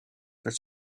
for